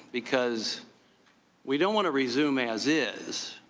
because we don't want to resume as is.